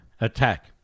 attack